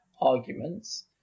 arguments